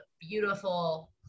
beautiful